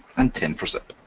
and ten for zip.